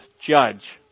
judge